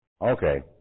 Okay